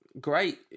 great